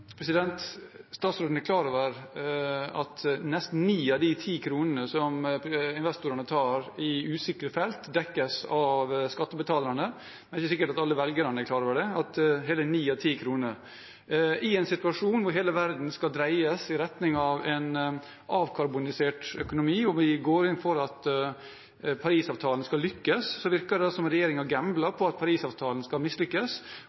Statsråden er klar over at nesten ni av de ti kronene som investorene tar i usikre felt, dekkes av skattebetalerne, men det er ikke sikkert at alle velgerne er klar over det: at det er hele ni av ti kroner. I en situasjon hvor hele verden skal dreies i retning av en avkarbonisert økonomi, og vi går inn for at Parisavtalen skal lykkes, virker det som om regjeringen gambler på at Parisavtalen skal mislykkes